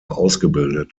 ausgebildet